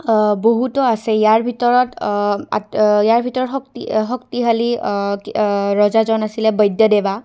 বহুতো আছে ইয়াৰ ভিতৰত ইয়াৰ ভিতৰত শক্তি শক্তিশালী ৰজাজন আছিলে বৈদ্যদেৱা